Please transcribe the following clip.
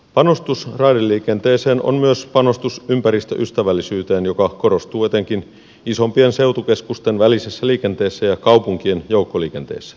panostus raideliikenteeseen on myös panostus ympäristöystävällisyyteen mikä korostuu etenkin isompien seutukeskusten välisessä liikenteessä ja kaupunkien joukkoliikenteessä